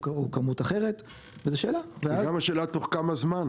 או כמות אחרת וזה שאלה ואז --- וגם השאלה תוך כמה זמן?